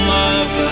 love